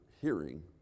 hearing